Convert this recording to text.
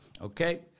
Okay